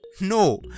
no